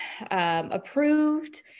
approved